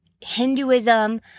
Hinduism